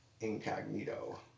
incognito